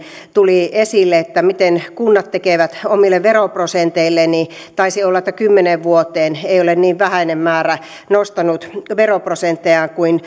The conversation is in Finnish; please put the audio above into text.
tuli esille mitä kunnat tekevät omille veroprosenteilleen niin taisi olla että kymmeneen vuoteen ei ole niin vähäinen määrä nostanut veroprosentteja kuin